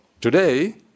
Today